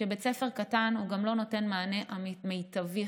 כשבית ספר הוא קטן הוא לא נותן מענה חינוכי מיטבי.